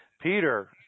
Peter